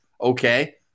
Okay